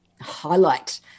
highlight